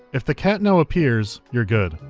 if the cat now appears, you're good.